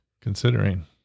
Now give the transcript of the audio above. Considering